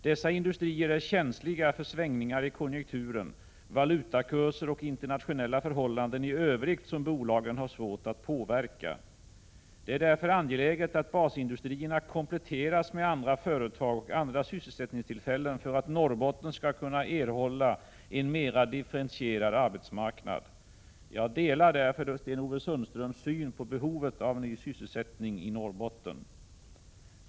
Dessa industrier är känsliga för svängningar i konjunkturen, valutakurser och internationella förhållanden i övrigt som bolagen har svårt att påverka. Det är därför angeläget att basindustrierna kompletteras med andra företag och andra sysselsättningstillfällen för att Norrbotten skall kunna erhålla en mera differentierad arbetsmarknad. Jag delar därför Sten-Ove Sundströms syn på behovet av ny sysselsättning i Norrbotten.